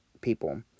people